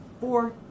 four